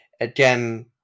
again